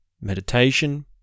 Meditation